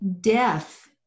death